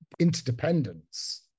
interdependence